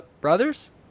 Brothers